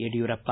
Yediyurappa